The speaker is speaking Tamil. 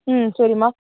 ம் சரிம்மா